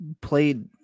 played